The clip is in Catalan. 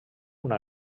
una